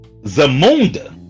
Zamunda